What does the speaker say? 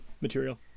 material